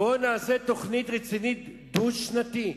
בואו נעשה תוכנית רצינית דו-שנתית,